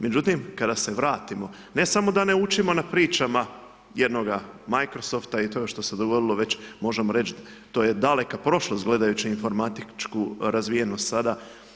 Međutim, kada se vratimo ne samo da ne učimo na pričama jednoga Microsoft i to što se dogodilo već, možemo reći to je daleka prošlost, gledajući informatičku razvijenost sada.